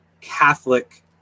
Catholic